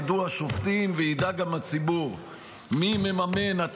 ידעו השופטים וידע גם הציבור מי מממן את